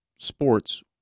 Sports